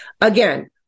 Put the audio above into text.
Again